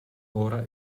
ora